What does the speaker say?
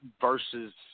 versus